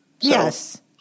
Yes